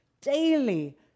Daily